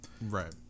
right